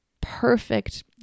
perfect